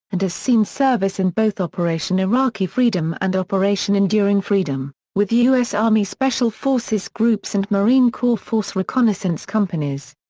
and has seen service in both operation iraqi freedom and operation enduring freedom, with u s. army special forces groups and marine corps force reconnaissance companies.